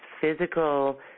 physical